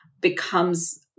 becomes